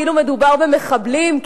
כאילו מדובר במחבלים,